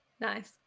Nice